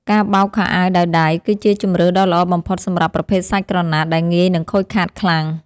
ការបោកខោអាវដោយដៃ គឺជាជម្រើសដ៏ល្អបំផុតសម្រាប់ប្រភេទសាច់ក្រណាត់ដែលងាយនឹងខូចខាតខ្លាំង។